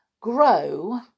grow